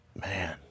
Man